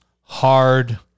hard